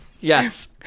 Yes